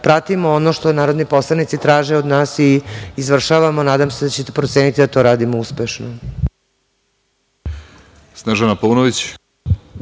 pratimo ono što narodni poslanici traže od nas i izvršavamo. Nadam se da ćete proceniti da to radimo uspešno.